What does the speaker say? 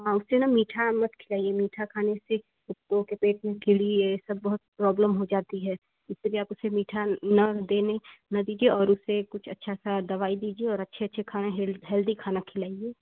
हाँ उसे न मीठा मत खिलाइए मीठा खाने से कुत्तों के पेट में के लिए ये सब बहुत प्रॉब्लम हो जाती है इसीलिए आप उसे मीठा ना देने ना दीजिए और उसे कुछ अच्छा सा दवाई दीजिए और अच्छे अच्छे खाने हेल्दी खाना खिलाइए